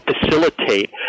facilitate